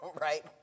right